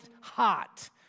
hot